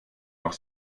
noch